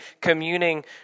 communing